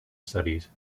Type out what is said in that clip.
studies